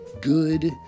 good